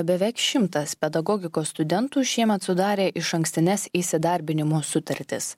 beveik šimtas pedagogikos studentų šiemet sudarė išankstines įsidarbinimo sutartis